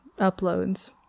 uploads